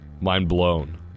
mind-blown